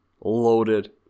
loaded